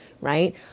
right